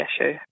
issue